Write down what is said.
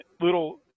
little